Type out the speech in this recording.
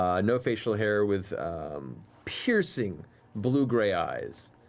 ah no facial hair, with piercing blue-grey eyes.